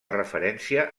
referència